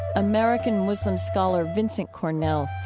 american muslim scholar vincent cornell.